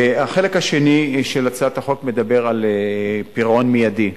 החלק השני של הצעת החוק מדבר על פירעון מיידי,